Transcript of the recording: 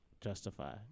justify